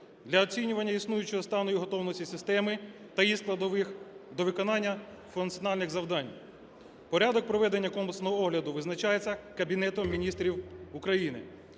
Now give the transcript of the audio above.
для оцінювання існуючого стану і готовності системи та її складових до виконання функціональних завдань. Порядок проведення комплексного огляду визначається Кабінетом Міністрів України.